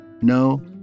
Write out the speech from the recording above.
no